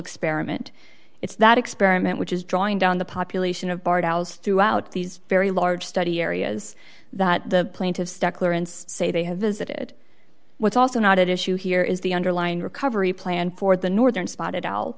experiment it's that experiment which is drawing down the population of bart aus throughout these very large study areas that the plaintiffs say they have visited what's also not at issue here is the underlying recovery plan for the northern spotted owl